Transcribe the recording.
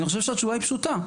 אני חושב שהתשובה היא פשוטה,